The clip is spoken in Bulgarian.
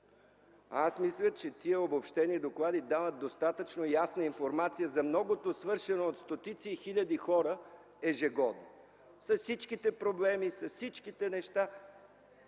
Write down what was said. Мисля, че тези обобщени доклади дават достатъчно ясна информация за многото свършено от стотици и хиляди хора ежегодно, с всичките проблеми, с всичките неща.